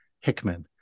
Hickman